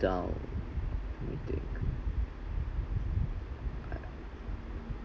down